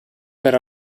per